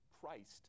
Christ